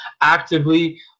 actively